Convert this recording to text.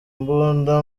mbunda